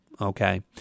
okay